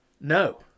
no